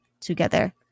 together